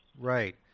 Right